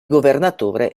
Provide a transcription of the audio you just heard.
governatore